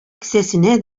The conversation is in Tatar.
кесәсенә